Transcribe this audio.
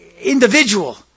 individual